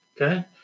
Okay